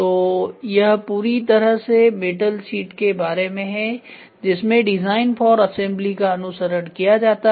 तो यह पूरी तरह से मेटल शीट के बारे में है जिसमें डिजाइन फॉर असेंबली का अनुसरण किया जाता हैं